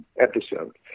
episode